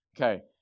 Okay